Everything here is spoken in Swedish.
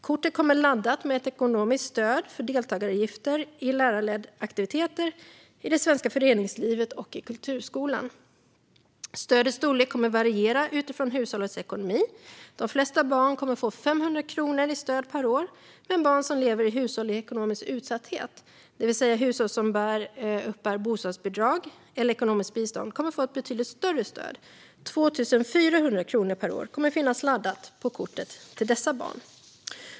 Kortet kommer laddat med ett ekonomiskt stöd för deltagaravgifter i ledarledda aktiviteter i det svenska föreningslivet och kulturskolan. Stödets storlek kommer att variera utifrån hushållets ekonomi. De flesta barn kommer att få 500 kronor i stöd per år, men barn som lever i hushåll i ekonomisk utsatthet, det vill säga hushåll som uppbär bostadsbidrag eller ekonomiskt bistånd, kommer att få ett betydligt större stöd. 2 400 kronor per år kommer att finnas laddade på kortet för dessa barn.